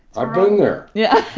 i've been there yeah